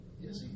Yes